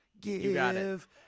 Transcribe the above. Give